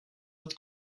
het